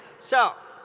so,